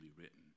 written